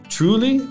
Truly